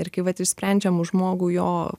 ir kai vat išsprendžiam už žmogų jo